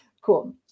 Cool